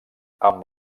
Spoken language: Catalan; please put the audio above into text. amb